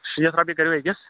شیٖتھ رۄپیہِ کٔرِو أکِس